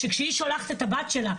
שכשהיא שולחת את הבת שלה,